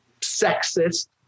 Sexist